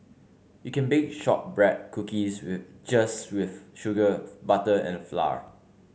you can bake shortbread cookies just with sugar butter and flour